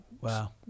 Wow